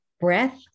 breath